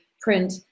print